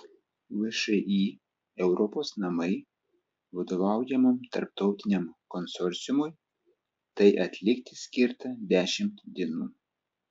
všį europos namai vadovaujamam tarptautiniam konsorciumui tai atlikti skirta dešimt dienų